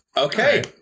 Okay